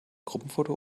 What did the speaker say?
gruppenfoto